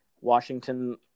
washington